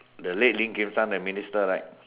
the late Lim-Kim-sang the minister right